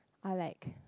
are like